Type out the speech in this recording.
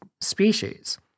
species